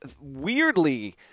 weirdly